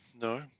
No